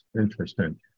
Interesting